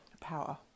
power